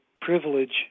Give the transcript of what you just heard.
privilege